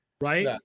right